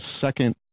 second